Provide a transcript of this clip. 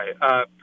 Right